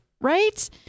right